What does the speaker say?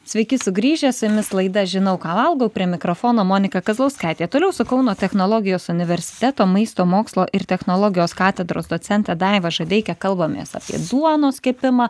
sveiki sugrįžę su jumis laida žinau ką valgau prie mikrofono monika kazlauskaitė toliau su kauno technologijos universiteto maisto mokslo ir technologijos katedros docente daiva žadeike kalbamės apie duonos kepimą